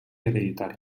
hereditari